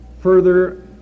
further